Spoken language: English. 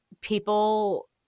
people